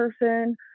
person